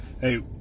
hey